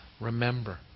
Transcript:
Remember